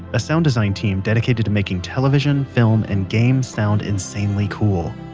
a sound design team dedicated to making television, film, and games sound insanely cool.